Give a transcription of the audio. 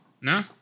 no